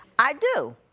i do.